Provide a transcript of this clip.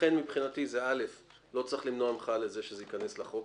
לכן מבחינתי זה לא צריך למנוע ממך שזה ייכנס לחוק,